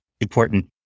important